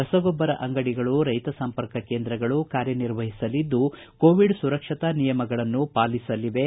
ರಸಗೊಬ್ಬರ ಅಂಗಡಿಗಳು ರೈತ ಸಂಪರ್ಕ ಕೇಂದ್ರಗಳು ಕಾರ್ಯನಿರ್ವಹಿಸಲಿದ್ದು ಕೋವಿಡ್ ಸುರಕ್ಷತಾ ನಿಯಮಗಳನ್ನು ಪಾಲಿಸಲಿವೆ